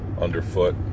underfoot